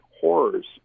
horrors